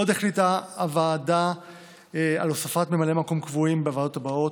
עוד החליטה הוועדה על הוספת ממלאי מקום קבועים בוועדות האלה: